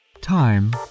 Time